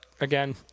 Again